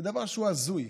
לדבר שהוא הזוי.